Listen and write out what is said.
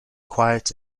quiet